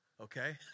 okay